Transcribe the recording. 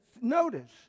notice